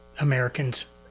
Americans